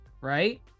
right